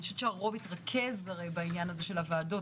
אני חושבת שהרוב התרכז בעניין הזה של הוועדות,